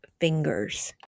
fingers